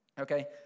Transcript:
okay